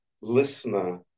listener